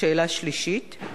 שאלה שלישית,